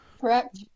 Correct